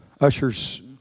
Ushers